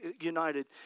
united